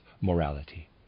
morality